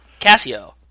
Casio